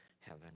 heaven